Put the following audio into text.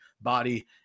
body